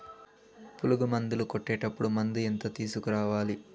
పులుగు మందులు కొట్టేటప్పుడు మందు ఎంత తీసుకురావాలి?